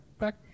back